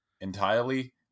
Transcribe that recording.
entirely